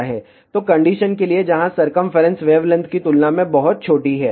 तो कंडीशन के लिए जहां सरकमफेरेंस वेवलेंथ की तुलना में बहुत छोटी है